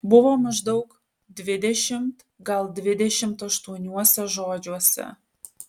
buvo maždaug dvidešimt gal dvidešimt aštuoniuose žodžiuose